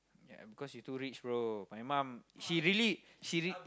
ya because you too rich bro my mum she really she real~